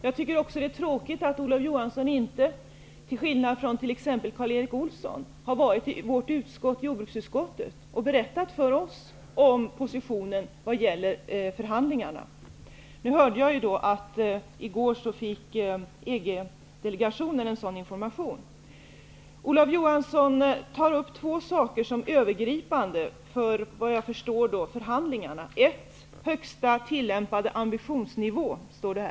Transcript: Det är också tråkigt att Olof Johansson inte, till skillnad från t.ex. Karl Erik Olsson, besökt oss i jordbruksutskottet för att redogöra för positionen vad gäller förhandlingarna. Jag hörde nu att EG delegationen i går fick sådan information. Olof Johansson talar om två saker som, såvitt jag förstår, är övergripande för förhandlingarna. För det första gäller det detta med högsta tillämpade ambitionsnivå -- så står det.